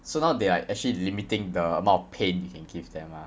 so now they are actually limiting the amount of pain you can give them lah